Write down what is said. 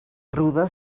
ruda